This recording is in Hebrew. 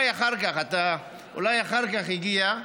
אולי אחר כך הגיע,